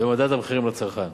במדד המחירים לצרכן,